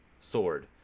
Sword